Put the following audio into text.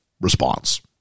response